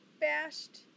bashed